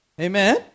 Amen